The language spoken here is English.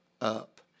up